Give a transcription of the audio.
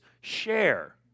share